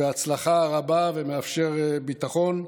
בהצלחה רבה, ומאפשר ביטחון,